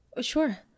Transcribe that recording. Sure